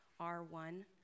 R1